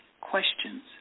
questions